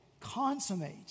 consummate